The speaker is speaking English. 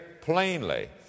plainly